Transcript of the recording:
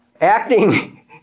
acting